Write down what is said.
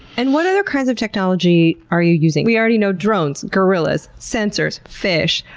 and what other kinds of technology are you using? we already know drones, gorillas sensors, fish.